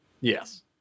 yes